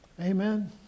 Amen